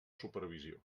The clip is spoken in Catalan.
supervisió